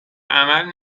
عمل